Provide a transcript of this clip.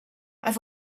have